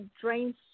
drains